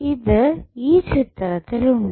ഇത് ഈ ചിത്രത്തിലുണ്ട്